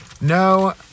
no